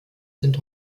sind